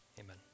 amen